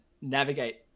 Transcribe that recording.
navigate